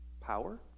power